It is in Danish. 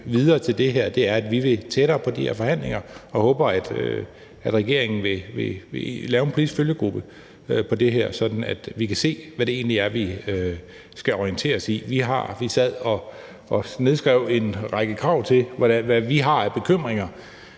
positivt til det her, at vi kommer tættere på de her forhandlinger, og vi håber, at regeringen vil lave en prisfølgegruppe her, sådan at vi kan se, hvad det egentlig er, vi skal orientere os i. Vi sad og nedskrev en række krav, og hvad vi har af bekymringer